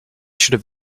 should